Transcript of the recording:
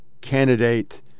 candidate